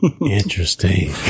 Interesting